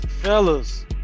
fellas